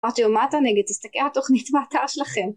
אמרתי לו, מה אתה נגד? תסתכל על תוכנית באתר שלכם.